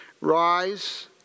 Rise